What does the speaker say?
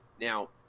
Now